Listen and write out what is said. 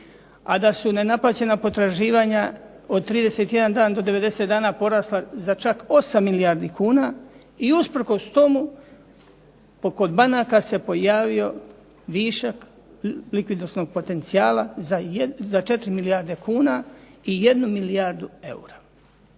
a da su nenaplaćena potraživanja od 31 dan do 90 dana porasla za čak 8 milijardi kuna i usprkos tomu kod banaka se pojavio višak likvidosnog potencijala za 4 milijarde kuna i 1 milijardu eura.